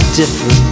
different